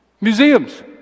museums